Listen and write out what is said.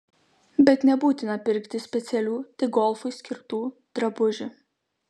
bet nebūtina pirkti specialių tik golfui skirtų drabužių